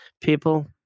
people